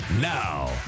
Now